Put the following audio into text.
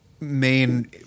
Main